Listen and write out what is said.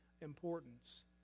importance